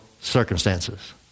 circumstances